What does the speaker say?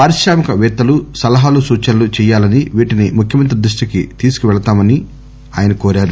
పారిశ్రామిక పేత్తలు సలహాలు సూచనలు చెయ్యాలని వీటిని ముఖ్యమంత్రి దృష్టికి తీసుకుపెళతామని తెలిపారు